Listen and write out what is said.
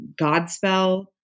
Godspell